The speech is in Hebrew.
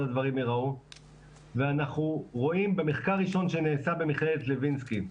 הדברים ייראו ואנחנו רואים במחקר ראשון שנעשה במכללת לוינסקי,